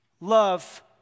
love